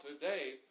today